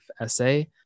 essay